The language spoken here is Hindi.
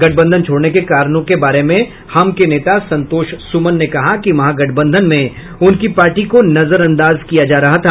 गठबंधन छोड़ने के कारणों के बारे में हम के नेता संतोष सुमन ने कहा कि महागठबंधन में उनकी पार्टी को नजरअंदाज किया जा रहा था